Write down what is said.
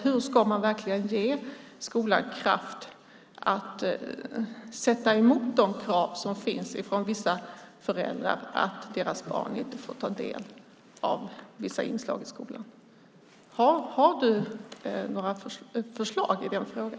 Hur ska man ge skolan verklig kraft att stå emot de krav som finns från vissa föräldrar när det gäller att deras barn inte får ta del av vissa inslag i skolan? Har du några förslag i den frågan?